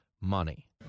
money